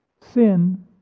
Sin